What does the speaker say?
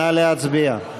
נא להצביע.